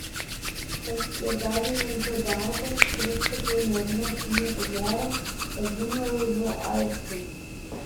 kad brigadininko darbas kristupui neatneš nieko gero kazimierui buvo aišku